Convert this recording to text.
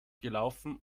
gelaufen